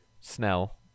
Snell